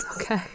Okay